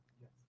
Yes